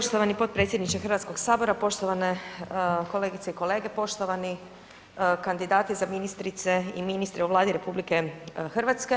Poštovani potpredsjedniče Hrvatskog sabora, poštovane kolegice i kolege, poštovani kandidati za ministrice i ministre u Vladi RH.